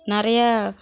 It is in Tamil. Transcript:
நிறைய